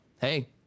hey